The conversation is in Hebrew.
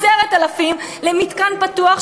10,000 למתקן פתוח,